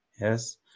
yes